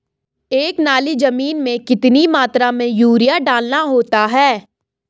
एक नाली जमीन में कितनी मात्रा में यूरिया डालना होता है?